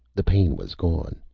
the pain was gone.